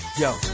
yo